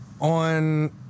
on